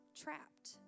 trapped